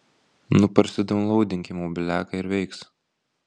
nu parsidaunlaudink į mobiliaką ir veiks